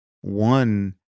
one